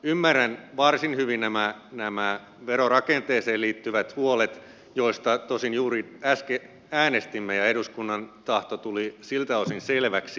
ymmärrän varsin hyvin nämä verorakenteeseen liittyvät huolet joista tosin juuri äsken äänestimme ja eduskunnan tahto tuli siltä osin selväksi